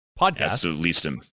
podcast